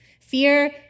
fear